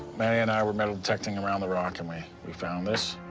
manny and i were metal detecting around the rock and we we found this.